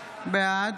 בעד